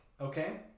Okay